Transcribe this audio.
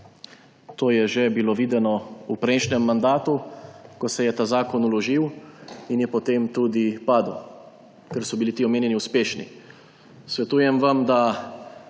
To je že bilo videno v prejšnjem mandatu, ko se je ta zakon vložil in je potem tudi padel, ker so bili ti omenjeni uspešni. Svetujem vam, da